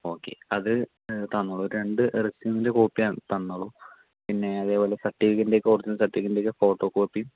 ആ ഓക്കേ അത് തന്നോളൂ ഒരു രണ്ടു റെസുമിൻ്റെ കോപ്പി തന്നോളൂ പിന്നെ അതേപോലെ സർട്ടിഫിക്കറ്റിൻ്റെയൊക്കെ ഒറിജിനൽ സർട്ടിഫിക്കറ്റിൻ്റെയോക്കെ ഫോട്ടോകോപ്പി